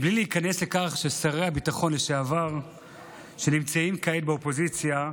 בלי להיכנס לכך ששרי הביטחון לשעבר שנמצאים כעת באופוזיציה,